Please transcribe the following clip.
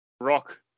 Rock